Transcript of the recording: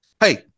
Hey